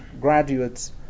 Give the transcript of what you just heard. graduates